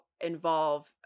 involve